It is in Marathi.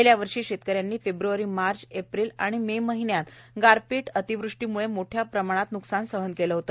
गेल्या वर्षी शेतकऱ्यांची फेब्रवारी मार्च एप्रिल आणि मे महिन्यात गारपीट अतिवृष्टीमुळे मोठ्या प्रमाणात नुकसान झाले होते